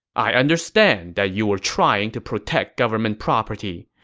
i understand that you were trying to protect government property,